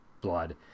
blood